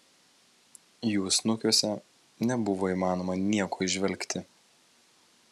jų snukiuose nebuvo įmanoma nieko įžvelgti